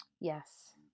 Yes